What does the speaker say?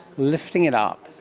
lifting it up,